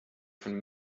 von